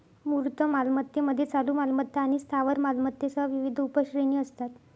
मूर्त मालमत्तेमध्ये चालू मालमत्ता आणि स्थावर मालमत्तेसह विविध उपश्रेणी असतात